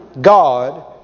God